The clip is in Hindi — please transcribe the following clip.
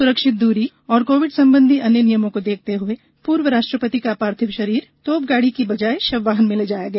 सुरक्षित दूरी और कोविड संबंधी अन्य नियमों को देखते हुए पूर्व राष्ट्रपति का पार्थिव शरीर तोपगाड़ी की बजाए शव वाहन में ले जाया गया